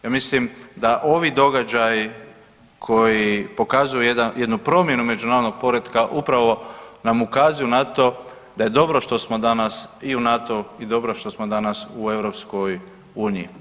Ja mislim da ovi događaji koji pokazuju jednu promjenu međunarodnog poretka upravo nam ukazuju na to da je dobro što smo danas i u NATO-u i dobro je što smo danas u EU.